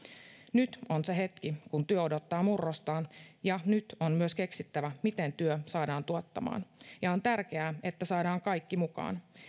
nyt on se hetki kun työ odottaa murrostaan ja nyt on myös keksittävä miten työ saadaan tuottamaan ja on tärkeää että saadaan kaikki mukaan